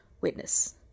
Witness